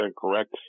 correct